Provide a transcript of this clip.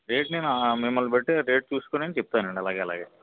rate నేను మిమ్మల్ని బట్టి నేను రేట్ చూసుకుని చెప్తానండి అలాగే అలాగే